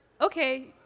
Okay